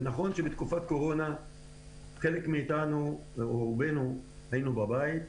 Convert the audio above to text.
ונכון שבתקופת קורונה חלק מאיתנו או רובנו היינו בבתים,